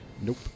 Nope